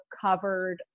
covered